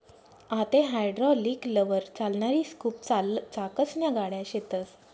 आते हायड्रालिकलवर चालणारी स्कूप चाकसन्या गाड्या शेतस